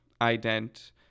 ident